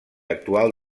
actual